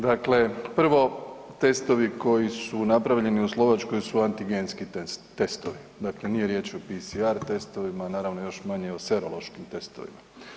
Dakle, prvo testovi koji su napravljeni u Slovačkoj su antigenski testovi, dakle nije riječ o PSR testovima, naravno još manje o serološkim testovima.